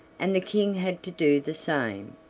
and the king had to do the same,